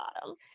bottom